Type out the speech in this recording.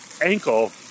ankle